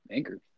Anchor